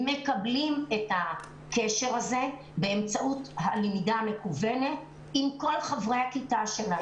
מקבלים את הקשר הזה באמצעות הלמידה המקוונת עם כל חברי הכיתה שלהם.